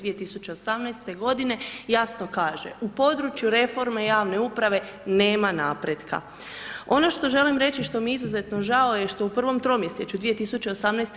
2018. godine, jasno kaže: „U području reforme javne uprave nema napretka.“ Ono što želim reći, što mi je izuzetno žao je što je u prvom tromjesečju 2018.